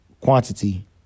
quantity